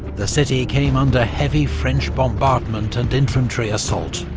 the city came under heavy french bombardment, and infantry assault.